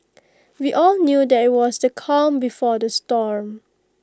we all knew that IT was the calm before the storm